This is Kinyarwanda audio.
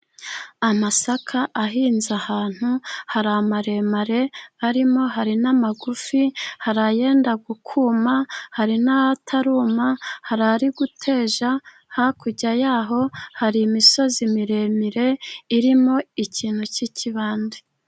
Amasaka ahinze ahantu, hari amaremare arimo, hari n'amagufi, hari ayenda kuma, hari n'ataruma, hari ari guteja, hakurya yaho hari imisozi miremire irimo ikintu k'ikibande.